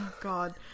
god